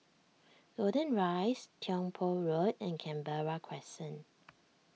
Golden Rise Tiong Poh Road and Canberra Crescent